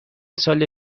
سال